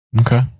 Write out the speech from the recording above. okay